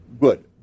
Good